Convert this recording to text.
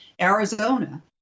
Arizona